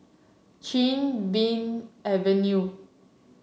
Chin Bee Avenue